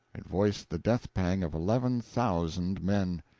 it voiced the death-pang of eleven thousand men.